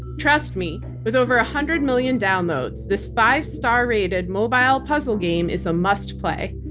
trust me, with over a hundred million downloads, this five-star rated mobile puzzle game is a must play.